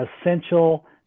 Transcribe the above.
Essential